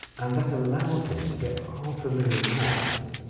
and that allowed him to get half a million moths,